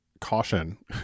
caution